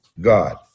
God